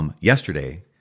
Yesterday